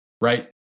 right